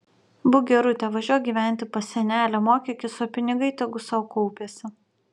būk gerutė važiuok gyventi pas senelę mokykis o pinigai tegu sau kaupiasi